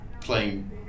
playing